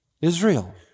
Israel